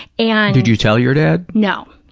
and did you tell your dad? no.